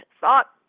thought